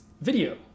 video